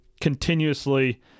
continuously –